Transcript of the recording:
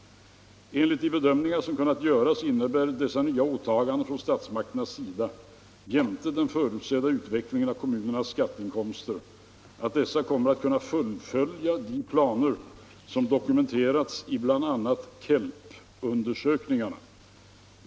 Enligt de bedömningar som kunnat göras innebär dessa nya åtaganden från statsmakternas sida jämte den förutsedda utvecklingen av kommunernas skatteinkomster att dessa kommer att kunna fullfölja de planer som dokumenterats i bl.a. KELP-undersökningarna.